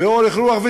באורך רוח,